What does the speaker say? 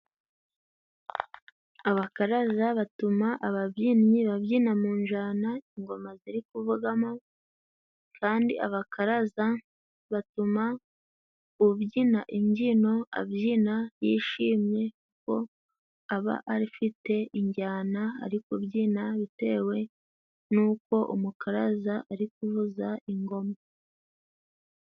Abakaraza batuma ababyinnyi babyina mu njana ingoma ziri kuvugamo, kandi abakaraza batuma ubyina imbyino abyina yishimye ko aba afite injyana ari kubyina, bitewe n'uko umukaraza ari kuvuza ingoma.